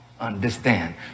understand